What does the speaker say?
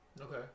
Okay